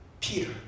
Peter